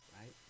right